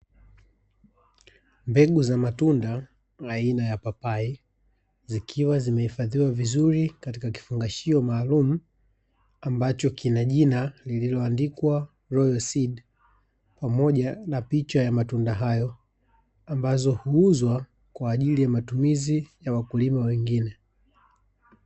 Mbegu za matunda, aina ya papai, zikiwa zimehifadhiwa vizuri katika kifungashio maalum ambacho kina jina lililoandikwa Royal Seed pamoja na picha ya matunda hayo ambazo huuzwa kwa ajili ya matumizi ya wakulima wengine.